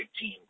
team